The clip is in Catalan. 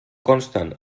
consten